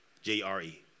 J-R-E